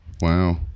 wow